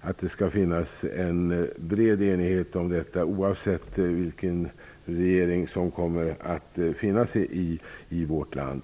att det skall finnas en bred enighet om dessa, oavsett vilken regering som kommer att finnas i vårt land.